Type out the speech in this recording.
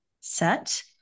set